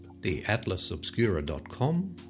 theatlasobscura.com